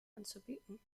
anzubieten